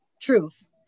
truth